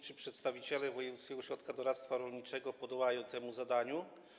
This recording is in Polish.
Czy przedstawiciele wojewódzkich ośrodków doradztwa rolniczego podołają temu zadaniu?